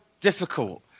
difficult